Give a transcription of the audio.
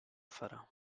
farà